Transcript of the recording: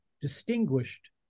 distinguished